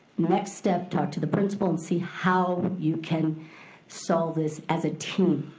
next step talk to the principal and see how you can solve this as a team.